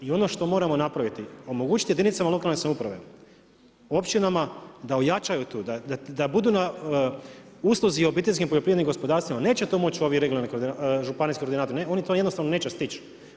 I ono što moramo napraviti, omogućiti jedinicama lokalne samouprave, općinama da ojačaju to, da bude na usluzi obiteljskim poljoprivrednim gospodarstvima, neće to moći ovi regionalni županijski koordinatori, oni to neće stići.